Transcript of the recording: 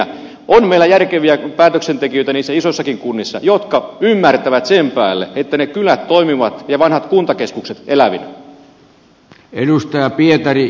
on meillä järkeviä päätöksentekijöitä niissä isoissakin kunnissa jotka ymmärtävät sen päälle että ne kylät toimivat ja vanhat kuntakeskukset pysyvät elävinä